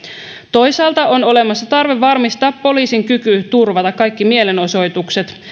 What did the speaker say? toisaalta on olemassa tarve varmistaa poliisin kyky turvata kaikki mielenosoitukset